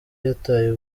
yataye